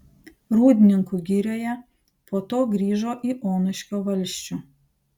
rūdninkų girioje po to grįžo į onuškio valsčių